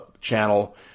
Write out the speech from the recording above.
channel